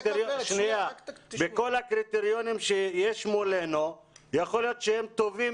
מכל הקריטריונים שיש מולנו יכול להיות שהם טובים